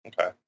Okay